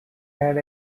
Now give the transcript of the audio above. had